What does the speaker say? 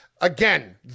Again